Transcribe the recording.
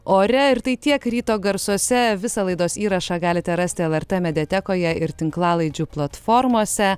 ore ir tai tiek ryto garsuose visą laidos įrašą galite rasti lrt mediatekoje ir tinklalaidžių platformose